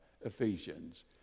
Ephesians